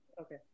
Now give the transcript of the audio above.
Okay